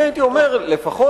אני הייתי אומר לפחות,